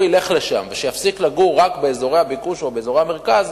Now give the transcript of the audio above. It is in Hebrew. ילך לשם ויפסיק לגור רק באזורי הביקוש או באזורי המרכז,